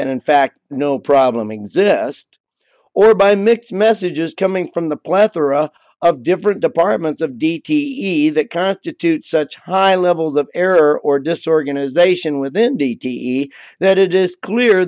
that in fact no problem exist or by mixed messages coming from the plethora of different departments of d t e that constitute such high levels of error or disorganization within d d that it is clear